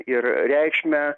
ir reikšmę